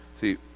See